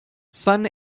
son